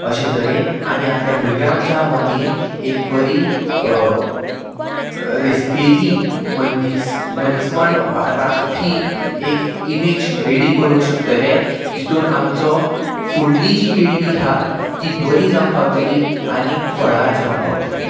अशे तरेन आमी आपल्या भुरग्यांच्या मतीन एक बरी रेस्पेदी मनीस मनीसपण राखफी एक इमेज रेडी करूंक शकतले जितून आमचो फुडली जी पिळगी हा ती बरी जावंक पावतली आनीक फळार जावंक पावतली